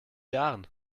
jahren